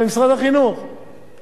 כלכלית